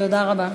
תודה רבה.